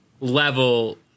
level